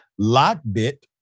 LockBit